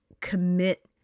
commit